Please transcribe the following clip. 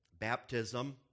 Baptism